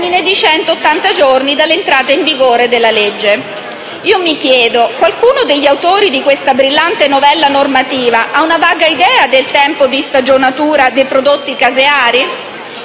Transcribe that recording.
il termine di centottanta giorni dall'entrata in vigore della legge. Mi chiedo, dunque, se qualcuno degli autori di questa brillante novella normativa abbia una vaga idea del tempo di stagionatura dei prodotti caseari.